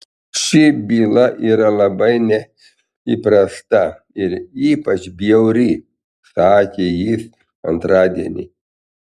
ši byla yra labai neįprasta ir ypač bjauri sakė jis antradienį